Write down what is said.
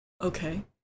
Okay